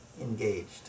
engaged